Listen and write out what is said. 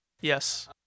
Yes